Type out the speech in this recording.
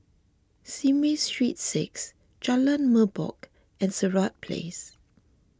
Simei Street six Jalan Merbok and Sirat Place